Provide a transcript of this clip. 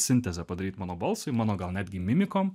sintezę padaryt mano balsui mano gal netgi mimikom